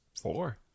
four